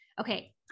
Okay